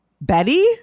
Betty